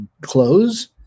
close